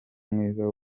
mwiza